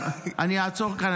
אני אעצור כאן,